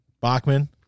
Bachman